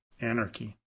anarchy